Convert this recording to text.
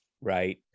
right